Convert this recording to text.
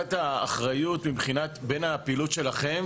לחלוקת האחריות בין הפעילות שלכם